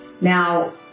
Now